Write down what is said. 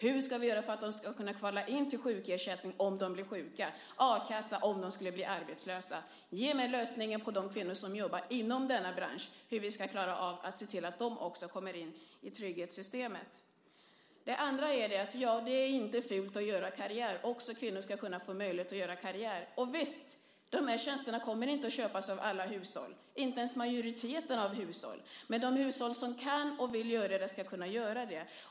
Hur ska vi göra för att de ska kunna kvala in till sjukersättning om de blir sjuka och a-kassa om de skulle bli arbetslösa? Ge mig lösningen när det gäller de kvinnor som jobbar inom denna bransch! Hur ska vi klara av att se till att de också kommer in i trygghetssystemet? Det andra är att det inte är fult att göra karriär. Också kvinnor ska få möjlighet att göra karriär. Och visst, de här tjänsterna kommer inte att köpas av alla hushåll, inte ens av majoriteten av hushåll. Men de hushåll som kan och vill göra det ska kunna göra det.